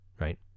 right